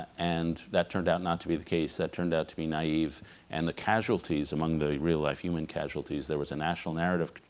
and that turned out not to be the case. that turned out to be naive and the casualties among the real-life human casualties, there was a national narrative